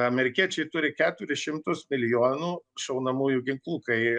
amerikiečiai turi keturis šimtus milijonų šaunamųjų ginklų kai